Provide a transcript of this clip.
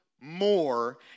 more